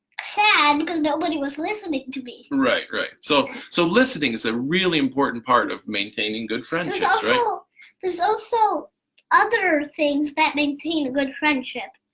sad, because nobody was listening to me. right, right, so so listening is a really important part of maintaining good friendships. ah so there's also other things that maintain a good friendship,